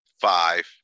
five